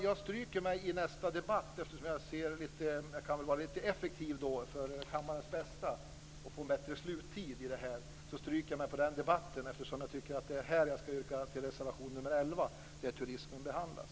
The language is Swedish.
Jag stryker mig i nästa debatt för att vara lite effektiv och för kammarens bästa så att vi får en bättre sluttid. Jag tycker att det är här jag ska yrka bifall till reservation nr 11 där turismen behandlas.